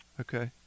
Okay